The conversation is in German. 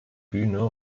bühne